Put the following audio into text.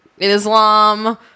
Islam